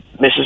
Mrs